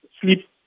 sleep